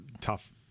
tough